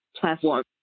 platform